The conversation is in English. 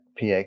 pa